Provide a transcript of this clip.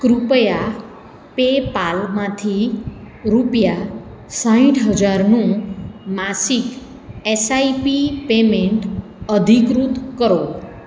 કૃપયા પેપાલ માંથી રૂપિયા સાઠ હજારનું માસિક એસાઈપી પેમેંટ અધિકૃત કરો